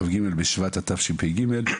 כ"ג בשבט התשפ"ג,